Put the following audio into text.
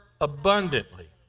abundantly